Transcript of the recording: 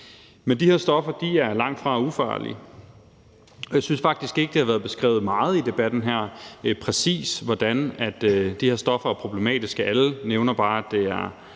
Men de her stoffer er langtfra ufarlige, og jeg synes faktisk ikke, det har været beskrevet meget i debatten her, præcis hvordan de her stoffer er problematiske. Alle nævner bare, at det er